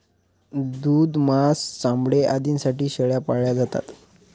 दूध, मांस, चामडे आदींसाठी शेळ्या पाळल्या जातात